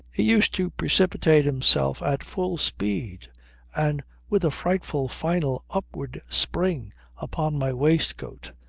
he used to precipitate himself at full speed and with a frightful final upward spring upon my waistcoat,